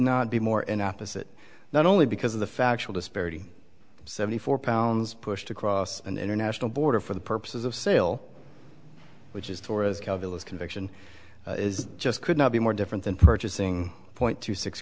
not be more in opposite not only because of the factual disparity seventy four pounds pushed across an international border for the purposes of sale which is torres coverless conviction is just could not be more different than purchasing point two six